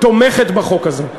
תומכת בחוק הזה.